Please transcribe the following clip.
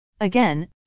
Again